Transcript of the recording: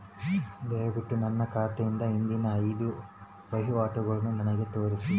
ದಯವಿಟ್ಟು ನನ್ನ ಖಾತೆಯಿಂದ ಹಿಂದಿನ ಐದು ವಹಿವಾಟುಗಳನ್ನು ನನಗೆ ತೋರಿಸಿ